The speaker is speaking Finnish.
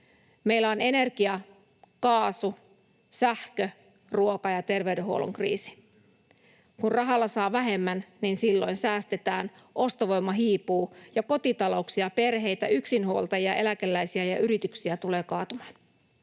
Meillä on energia‑, kaasu‑, sähkö‑, ruoka- ja terveydenhuollon kriisi. Kun rahalla saa vähemmän, silloin säästetään. Ostovoima hiipuu, ja kotitalouksia — perheitä, yksinhuoltajia, eläkeläisiä — ja yrityksiä tulee kaatumaan.